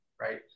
right